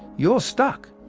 you are stuck.